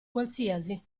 qualsiasi